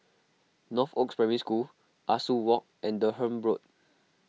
Northoaks Primary School Ah Soo Walk and Durham Road